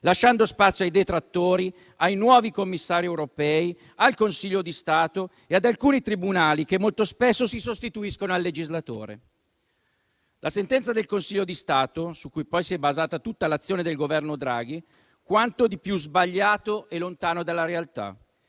lasciando spazio ai detrattori, ai nuovi commissari europei, al Consiglio di Stato e ad alcuni tribunali che molto spesso si sostituiscono al legislatore. La sentenza del Consiglio di Stato, su cui poi si è basata tutta l'azione del Governo Draghi, è quanto di più sbagliato e lontano dalla realtà.